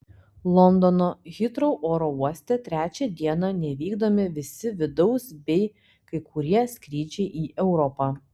londono hitrou oro uoste trečią dieną nevykdomi visi vidaus bei kai kurie skrydžiai į europą